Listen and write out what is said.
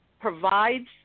provides